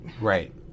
Right